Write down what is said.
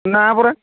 ନା ପରା